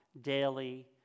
daily